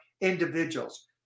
individuals